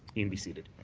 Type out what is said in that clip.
i mean be seated.